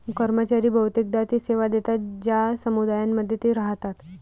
कर्मचारी बहुतेकदा ते सेवा देतात ज्या समुदायांमध्ये ते राहतात